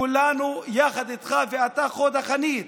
כולנו יחד איתך, ואתה חוד החנית